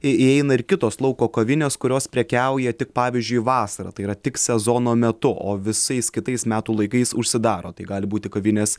į įeina ir kitos lauko kavinės kurios prekiauja tik pavyzdžiui vasarą tai yra tik sezono metu o visais kitais metų laikais užsidaro tai gali būti kavinės